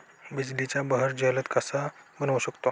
बिजलीचा बहर जलद कसा बनवू शकतो?